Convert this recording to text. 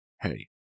Hey